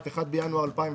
ולעניין כל אחד מאלה,